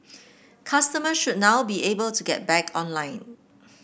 customers should now be able to get back online